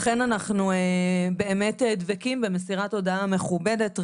לכן אנחנו באמת דבקים במסירת הודעה מכובדת,